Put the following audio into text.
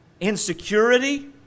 Insecurity